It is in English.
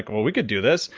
like, well, we could do this.